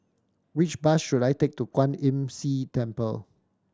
which bus should I take to Kwan Imm See Temple